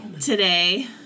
Today